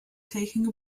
taking